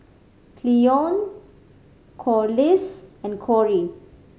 Cleone Corliss and Corie